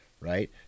right